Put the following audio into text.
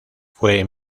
fue